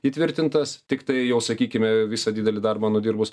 įtvirtintas tiktai jau sakykime visą didelį darbą nudirbus